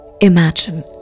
Imagine